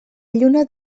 lluna